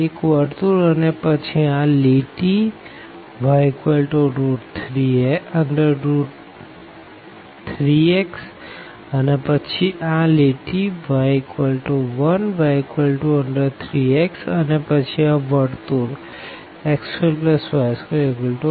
એક સર્કલ અને પછી આ લાઈન y3x અને પછી આ લાઈન y1 y3x અને પછી આ સર્કલ x2y24